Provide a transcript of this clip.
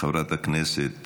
חברת הכנסת